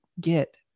get